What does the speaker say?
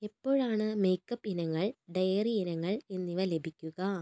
എപ്പോഴാണ് മേക്കപ്പ് ഇനങ്ങൾ ഡയറി ഇനങ്ങൾ എന്നിവ ലഭിക്കുക